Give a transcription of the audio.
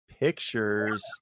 pictures